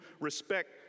respect